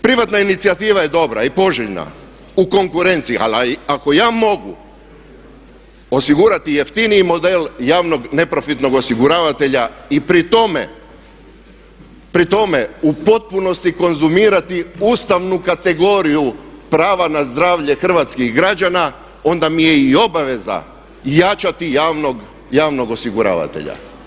Privatna inicijativa je dobra i poželjna u konkurenciji ali ako ja mogu osigurati jeftiniji model javnog neprofitnog osiguravatelja i pri tome u potpunosti konzumirati ustavnu kategoriju prava na zdravlje hrvatskih građana onda mi je i obveza jačati javnog osiguravatelja.